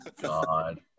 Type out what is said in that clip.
God